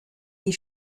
die